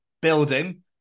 building